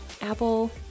Apple